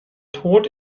tod